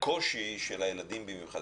הקושי החברתי של הילדים במיוחד,